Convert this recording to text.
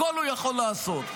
הכול הוא יכול לעשות.